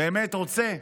באמת רוצה,